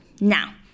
now